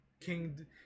King